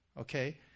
okay